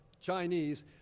Chinese